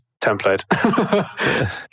template